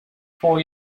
four